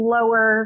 Lower